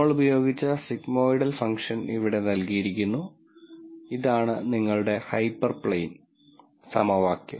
നമ്മൾ ഉപയോഗിച്ച sigmoidal function ഇവിടെ നൽകിയിരിക്കുന്നു ഇതാണ് നിങ്ങളുടെ ഹൈപ്പർപ്ലെയ്ൻ സമവാക്യം